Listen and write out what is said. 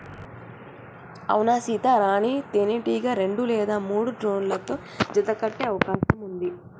అవునా సీత, రాణీ తేనెటీగ రెండు లేదా మూడు డ్రోన్లతో జత కట్టె అవకాశం ఉంది